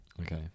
Okay